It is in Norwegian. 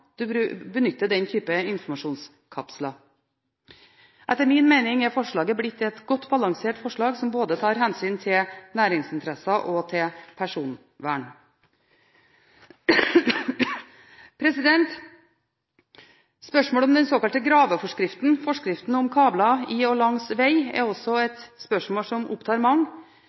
benytter den type informasjonskapsler. Etter min mening er forslaget blitt et godt balansert forslag som tar hensyn til både næringsinteresser og personvern. Spørsmålet om den såkalte graveforskriften – om kabler i og langs veg – opptar også